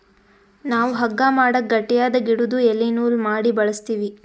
ನಾವ್ ಹಗ್ಗಾ ಮಾಡಕ್ ಗಟ್ಟಿಯಾದ್ ಗಿಡುದು ಎಲಿ ನೂಲ್ ಮಾಡಿ ಬಳಸ್ತೀವಿ